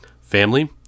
Family